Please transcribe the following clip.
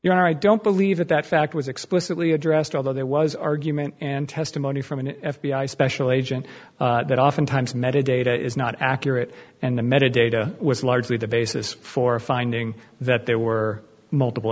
you are i don't believe that that fact was explicitly addressed although there was argument and testimony from an f b i special agent that oftentimes met a data is not accurate and the metadata was largely the basis for a finding that there were multiple